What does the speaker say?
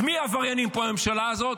אז מי העבריינים פה בממשלה הזאת?